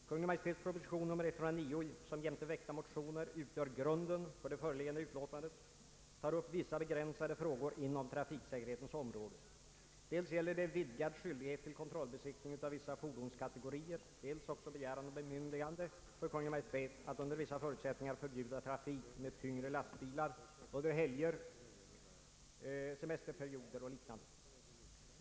Kungl. Maj:ts proposition nr 109 som jämte väckta motioner utgör grunden för det föreliggande utlåtandet tar upp vissa begränsade frågor inom trafiksäkerhetens område. Dels gäller det vidgad skyldighet till kontrollbesiktning av vissa fordonskategorier, dels också begäran om bemyndigande för Kungl.